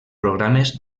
programes